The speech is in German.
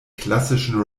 klassischen